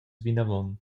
vinavon